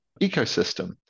ecosystem